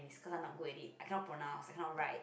cause I not good edit it I cannot pronounce I can't write